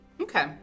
Okay